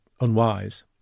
unwise